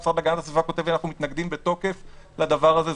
המשרד להגנת הסביבה כותב לי: אנחנו מתנגדים בתוקף לדבר הזה.